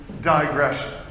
digression